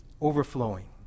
overflowing